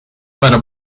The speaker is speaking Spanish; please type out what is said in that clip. para